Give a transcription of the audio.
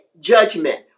judgment